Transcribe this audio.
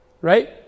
right